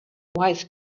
wise